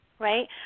right